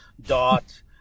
Dot